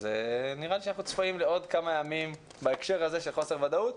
אז נראה שאנחנו צפויים לעוד כמה ימים בהקשר הזה של חוסר ודאות.